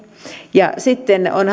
ja sitten on